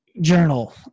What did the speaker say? journal